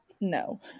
No